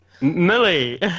Millie